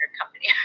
company